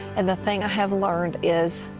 and the thing i have learned is,